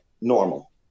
normal